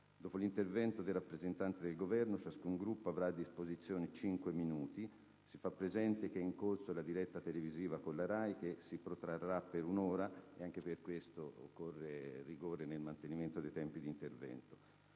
Dopo l'intervento del rappresentante del Governo, ciascun Gruppo avrà a disposizione cinque minuti. Si fa presente che è in corso la diretta televisiva della RAI che si protrarrà per un'ora. Anche per questo occorre rigore nella durata degli interventi.